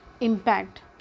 impact